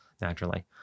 naturally